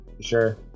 Sure